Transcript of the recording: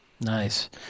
Nice